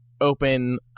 open